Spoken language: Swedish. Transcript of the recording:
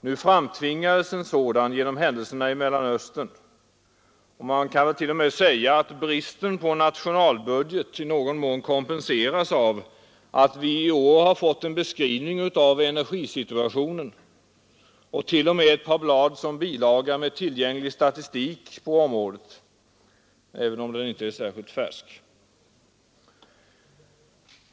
Nu framtvingades en sådan genom händelserna i Mellanöstern, och man kan väl t.o.m. säga att bristen på nationalbudget i någon mån kompenseras av att vi i år har fått en beskrivning av energisituationen och även ett par blad som bilaga med tillgänglig statistik på området, även om den inte är särskilt färsk.